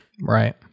right